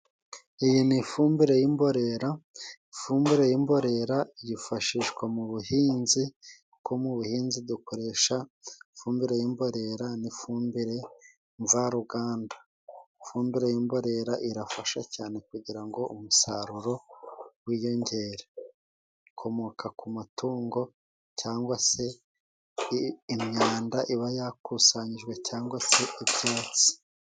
Iyi ni ifumbire y'imborera ifumbire y'imborera yifashishwa mu buhinzi, kuko mu buhinzi dukoresha ifumbire y'imborera n'ifumbire mvaruganda. Ifumbire y' imborera irafasha cyane kugira ngo umusaruro wiyongere, ikomoka ku matungo , cyangwa se imyanda iba yakusanyijwe cyangwa se ibyatsi.